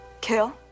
Kill